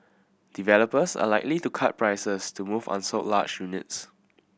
developers are likely to cut prices to move unsold large units